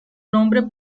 nombre